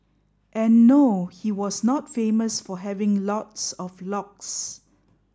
and no he was not famous for having lots of locks